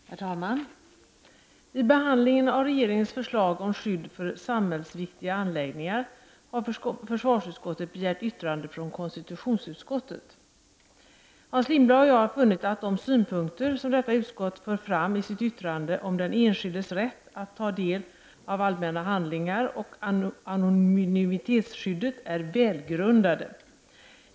Herr talman! Vid behandlingen av regeringens förslag om skydd för samhällsviktiga anläggningar har försvarsutskottet begärt yttrande från konstitutionsutskottet. Hans Lindblad och jag har funnit att de synpunkter som detta utskott för fram i sitt yttrande om den enskildes rätt att ta del av allmänna handlingar och anonymitetsskyddet är välgrundade.